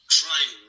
trying